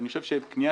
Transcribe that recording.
אני חושב שמשקל